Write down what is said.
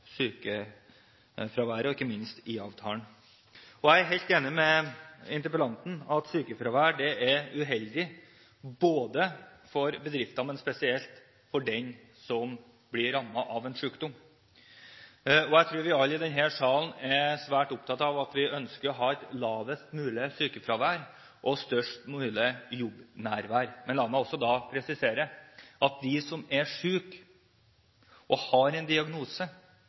er uheldig for bedriftene, men spesielt for den som blir rammet av en sykdom. Jeg tror vi alle i denne salen er svært opptatt av at vi ønsker å ha et lavest mulig sykefravær og størst mulig jobbnærvær. Men la meg også presisere at de som er syke og har en diagnose,